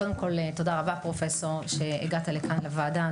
קודם כל, תודה רבה פרופ' אש שהגעת לכאן לוועדה.